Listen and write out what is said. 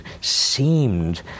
seemed